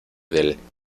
del